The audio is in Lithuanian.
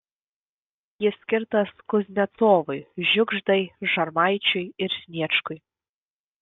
jis skirtas kuznecovui žiugždai šarmaičiui ir sniečkui